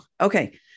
okay